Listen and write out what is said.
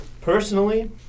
Personally